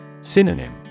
Synonym